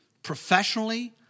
Professionally